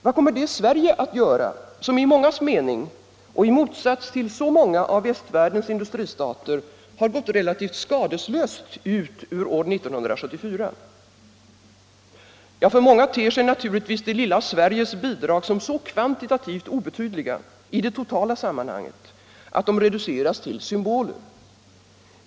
Vad kommer det Sverige att göra, som i mångas mening och i motsats till så många av västvärldens industristater har gått relativt skadeslöst ut ur år 1974? För många ter sig naturligtvis det lilla Sveriges bidrag som så kvantitativt obetydliga i det totala sammanhanget, att de reduceras till symboler.